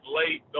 late